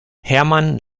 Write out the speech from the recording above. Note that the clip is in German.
hermann